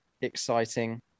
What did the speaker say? exciting